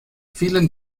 vielen